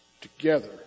together